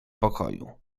pokoju